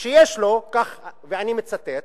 ושיש לו, כך, ואני מצטט: